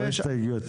לא הסתייגויות